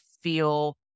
feel